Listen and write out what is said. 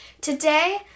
Today